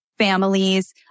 families